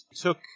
took